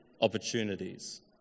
opportunities